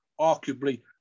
arguably